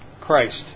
Christ